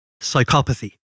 psychopathy